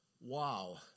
wow